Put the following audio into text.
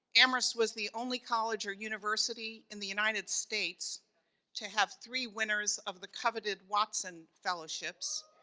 amherst was the only college or university in the united states to have three winners of the coveted watson fellowships.